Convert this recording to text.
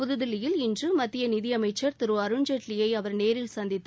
புதுதில்லியில் இன்று மத்திய நிதி அமைச்சர் திரு அருண்ஜேட்லியை அவர் நேரில் சந்தித்து